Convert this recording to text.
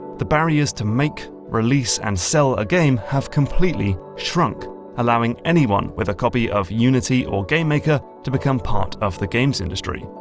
the barriers to make, release, and sell a game have completely shrunk allowing anyone with a copy of unity or game maker to become part of the games industry.